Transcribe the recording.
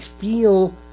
feel